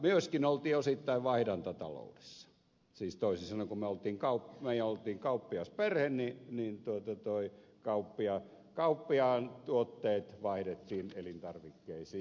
myöskin oltiin osittain vaihdantataloudessa siis toisin sanoen kun olimme kauppiasperhe niin kauppiaan tuotteet vaihdettiin elintarvikkeisiin